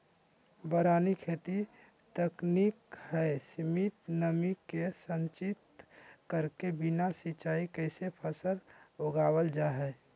वारानी खेती तकनीक हई, सीमित नमी के संचित करके बिना सिंचाई कैले फसल उगावल जा हई